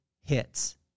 hits